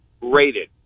rated